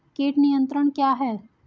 कीट नियंत्रण क्या है?